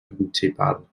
principal